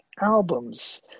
albums